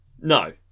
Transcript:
No